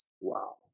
Wow